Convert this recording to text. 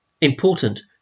important